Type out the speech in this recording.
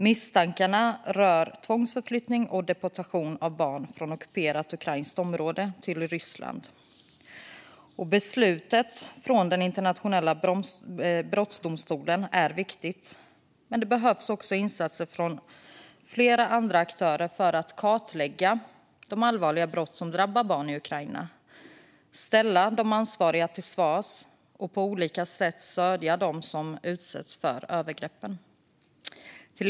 Misstankarna rör tvångsförflyttning och deportation av barn från ockuperat ukrainskt område till Ryssland. Beslutet från den internationella brottmålsdomstolen är viktigt, men det behövs insatser från fler aktörer för att kartlägga de allvarliga brott som drabbar barn i Ukraina, ställa de ansvariga till svars och på olika sätt stödja dem som utsatts för övergrepp.